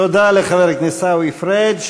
תודה לחבר הכנסת עיסאווי פריג'.